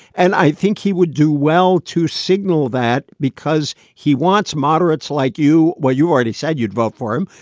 and i think he would do well to signal that because he wants moderates like you. well, you already said you'd vote for him.